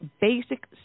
basic